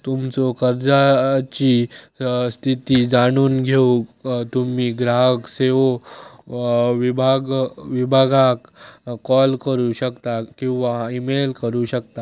तुमच्यो कर्जाची स्थिती जाणून घेऊक तुम्ही ग्राहक सेवो विभागाक कॉल करू शकता किंवा ईमेल करू शकता